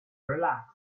relaxed